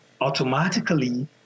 automatically